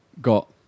got